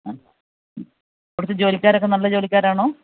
ആ ഹമ് ഇവിടുത്തെ ജോലിക്കാരൊക്കെ നല്ല ജോലിക്കാരാണോ